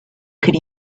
could